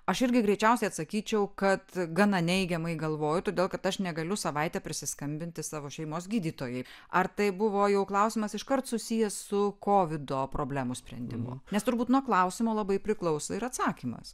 aš irgi greičiausiai atsakyčiau kad gana neigiamai galvoju todėl kad aš negaliu savaitę prisiskambinti savo šeimos gydytojui ar tai buvo jau klausimas iškart susijęs su kovido problemos sprendimu nes turbūt nuo klausimo labai priklauso ir atsakymas